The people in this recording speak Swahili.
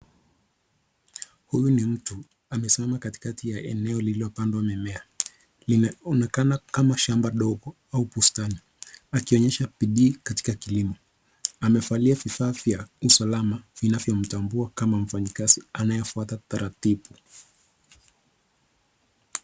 Huyu ni mtu amesimama katikati ya eneo lililopandwa mimea. Linaonekana kama shamba ndogo au bustani akionyesha bidii katika kilimo. Amevalia vifaa vya usalama vinavyomtambua kama mfanyakazi anayefwata utaratibu.